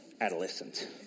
adolescent